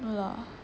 no lah